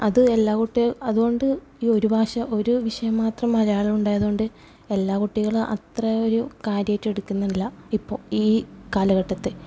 അത് എല്ലാകൂട്ട് അതുകൊണ്ട് ഈ ഒരു ഭാഷ ഒരു വിഷയം മാത്രം മലയാളവുണ്ടായതുകൊണ്ട് എല്ലാകുട്ടികളും അത്ര ഒരു കാര്യായിട്ടെടുക്കുന്നില്ല ഇപ്പോൾ ഈ കാലഘട്ടത്തിൽ